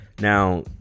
now